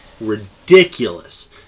ridiculous